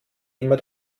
immer